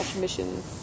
mission